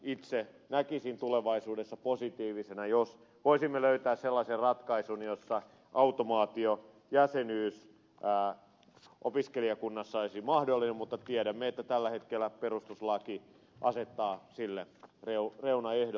itse näkisin tulevaisuudessa positiivisena jos voisimme löytää sellaisen ratkaisun jossa automaatiojäsenyys opiskelijakunnassa olisi mahdollinen mutta tiedämme että tällä hetkellä perustuslaki asettaa sille reunaehdot